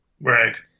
right